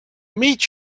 meet